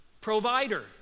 provider